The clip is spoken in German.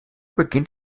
beginnt